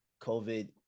COVID